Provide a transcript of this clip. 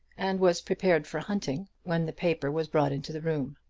and was prepared for hunting, when the paper was brought into the room.